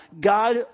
God